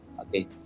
Okay